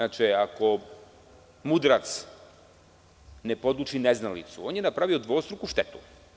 Ako mudrac ne poduči neznalicu, on je napravio dvostruku štetu.